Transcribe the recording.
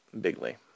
bigly